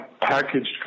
packaged